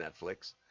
Netflix